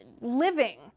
living